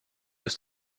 ist